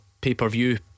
pay-per-view